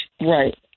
Right